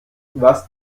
was